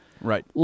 Right